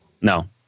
no